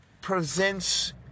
presents